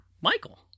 michael